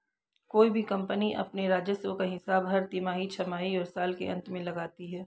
कोई भी कम्पनी अपने राजस्व का हिसाब हर तिमाही, छमाही और साल के अंत में लगाती है